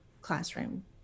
classroom